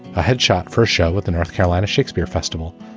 a headshot first show with the north carolina shakespeare festival.